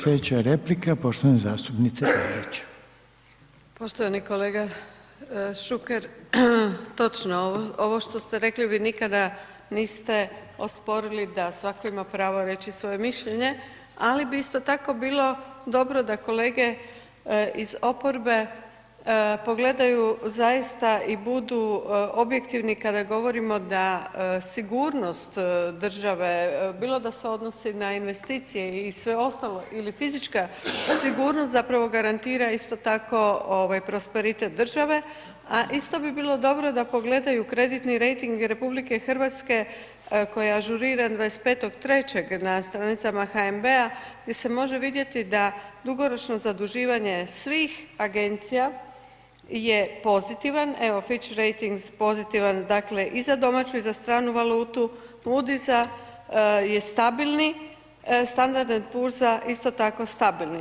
Poštovani kolega Šuker, točno je ovo što ste rekli vi nikada niste osporili da svatko ima pravo reći svoje mišljenje, ali bi isto tako bilo dobro da kolege iz oporbe pogledaju zaista i budu objektivni kada govorimo da sigurnost države bilo da se odnosi na investicije i sve ostalo, ili fizička sigurnost zapravo garantira isto tako ovaj prosperitet države, a isto bi bilo dobro da pogledaju kreditni rejting RH koji je ažuriran 25.3. na stranicama HNB-a gdje se može vidjeti da dugoročno zaduživanje svih agencija je pozitivan evo Fitch rejting pozitivan dakle i za domaću i za stranu valutu, Mudisa je stabilni, Standard & Poor's isto tako stabilni.